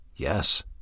Yes